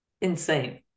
insane